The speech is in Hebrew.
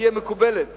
שתהיה מקובלת